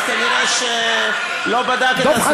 אז כנראה שלא בדק את עצמו טוב.